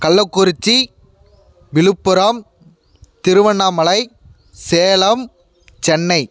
Kallakurichi Viluppuram Tiruvannamalai Salem Chennai